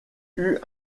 eut